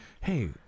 hey